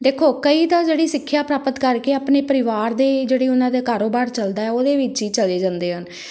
ਦੇਖੋ ਕਈ ਤਾਂ ਜਿਹੜੀ ਸਿੱਖਿਆ ਪ੍ਰਾਪਤ ਕਰਕੇ ਆਪਣੇ ਪਰਿਵਾਰ ਦੇ ਜਿਹੜੇ ਉਹਨਾਂ ਦੇ ਕਾਰੋਬਾਰ ਚਲਦਾ ਉਹਦੇ ਵਿੱਚ ਹੀ ਚਲੇ ਜਾਂਦੇ ਹਨ